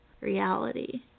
reality